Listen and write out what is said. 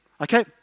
Okay